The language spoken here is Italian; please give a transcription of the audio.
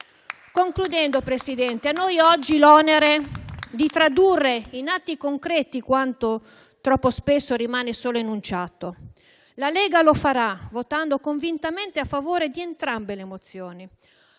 conclusione, Presidente, a noi oggi l'onere di tradurre in atti concreti quanto troppo spesso rimane solo enunciato. La Lega lo farà votando convintamente a favore di entrambe le mozioni.